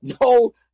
No